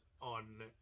on